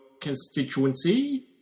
constituency